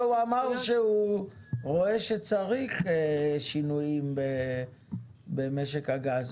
הוא אמר שהוא רואה שצריך שינויים במשק הגז.